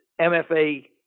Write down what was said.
MFA